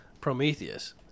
Prometheus